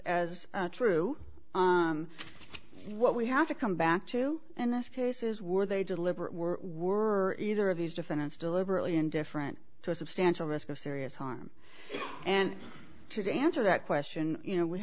is as true what we have to come back to in this case is were they deliberate were were either of these defendants deliberately indifferent to a substantial risk of serious harm and to answer that question you know we